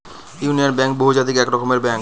union bank বহুজাতিক এক রকমের ব্যাঙ্ক